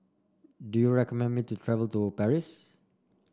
do you recommend me to travel to Paris